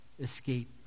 escape